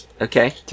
Okay